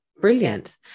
brilliant